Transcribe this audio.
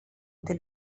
del